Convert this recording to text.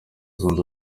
zunze